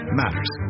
matters